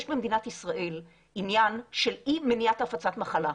יש במדינת ישראל עניין של אי מניעת הפצת מחלה.